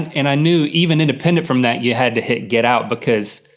and i knew even independent from that you had to hit get out, because,